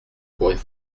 pourrait